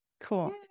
Cool